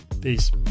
Peace